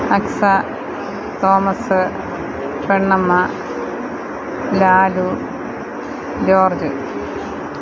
Aqsa Thomas Pennamma Lalu George